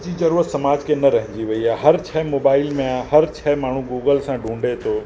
जी ज़रूरत समाज खे न रहिजी वई आहे हर शइ मोबाइल में आहे हर शइ माण्हूं गूगल सां ढूंढे थो